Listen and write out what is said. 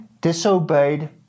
disobeyed